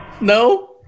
No